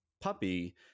puppy